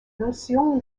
notion